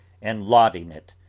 and lauding it,